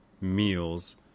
meals